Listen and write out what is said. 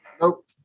Nope